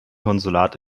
konsulat